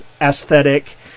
aesthetic